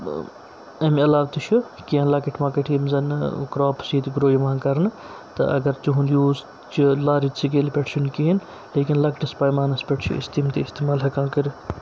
امہِ علاوٕ تہِ چھُ کیٚنٛہہ لۄکٕٹۍ مۄکٕٹۍ یِم زَنہٕ کرٛاپٕس ییٚتہِ گرو یِوان کَرنہٕ تہٕ اگر تُہُنٛد یوٗز چھُ لارٕج سکیٚلہِ پٮ۪ٹھ چھُنہٕ کِہیٖنۍ لیکن لۄکٹِس پیمانَس پٮ۪ٹھ چھِ أسۍ تِم تہِ اِستعمال ہٮ۪کان کٔرِتھ